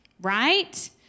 right